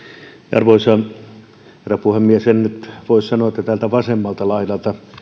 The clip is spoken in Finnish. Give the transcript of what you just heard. arvoisa herra puhemies en nyt voi sanoa että täältä vasemmalta laidalta